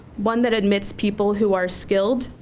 one that admits people who are skilled,